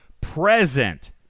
present